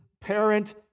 parent